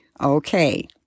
Okay